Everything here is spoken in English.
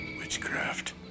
Witchcraft